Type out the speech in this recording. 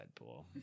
deadpool